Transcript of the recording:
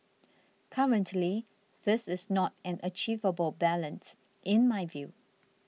currently this is not an achievable balance in my view